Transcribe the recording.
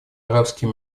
арабские